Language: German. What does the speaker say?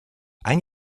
ein